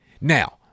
Now